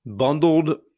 bundled